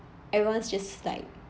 everyone's just like